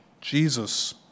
Jesus